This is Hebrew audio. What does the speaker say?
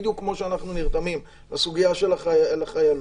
בדיוק כמו שאנחנו נרתמים לסוגיה של החיילות